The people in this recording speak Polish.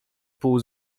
pół